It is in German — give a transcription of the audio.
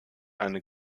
eine